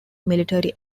military